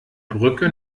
brücke